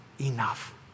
enough